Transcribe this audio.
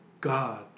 God